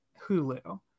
Hulu